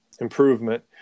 improvement